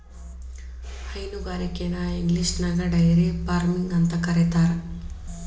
ಹೈನುಗಾರಿಕೆನ ಇಂಗ್ಲಿಷ್ನ್ಯಾಗ dairy farming ಅಂತ ಕರೇತಾರ